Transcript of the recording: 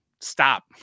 stop